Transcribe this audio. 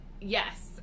yes